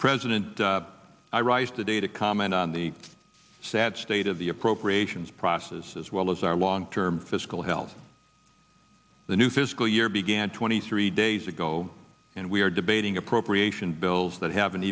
president i rise to day to comment on the sad state of the appropriations process as well as our long term fiscal health the new fiscal year began twenty three days ago and we are debating appropriation bills that ha